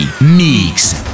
mix